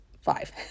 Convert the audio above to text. five